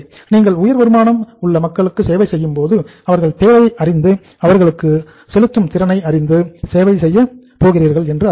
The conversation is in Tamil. நீங்கள் உயர் வருமானம் உள்ள மக்களுக்கு சேவை செய்யும் போது அவர்கள் தேவையை அறிந்து அவர்களுடைய செலுத்தும் திறனை அறிந்து சேவை செய்கிறீர்கள் என்று அர்த்தம்